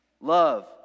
Love